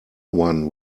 one